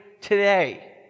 today